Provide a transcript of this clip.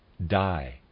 die